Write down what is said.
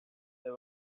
they